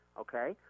okay